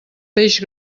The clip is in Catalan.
peix